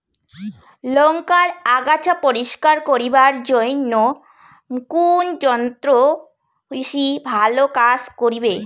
লংকার আগাছা পরিস্কার করিবার জইন্যে কুন যন্ত্র বেশি ভালো কাজ করিবে?